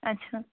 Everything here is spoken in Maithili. अच्छा